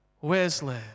Wesley